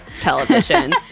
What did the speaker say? television